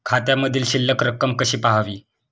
खात्यामधील शिल्लक रक्कम कशी पहावी?